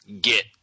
get